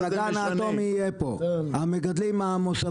ושיתרום להפחתת יוקר המחיה,